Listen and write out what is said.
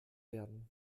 werden